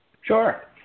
Sure